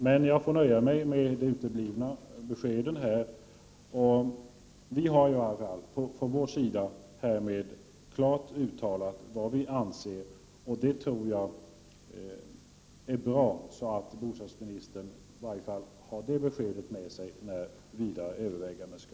Men jag får väl nöja mig med att besked här uteblir. Från vår sida är i varje fall härmed klart uttalat vad vi anser. Jag tror att det är bra, för då har bostadsministern i alla fall fått det beskedet inför de ytterligare övervägandena.